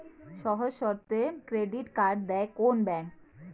সহজ শর্তে credit card দেয় কোন ব্যাংক?